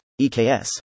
EKS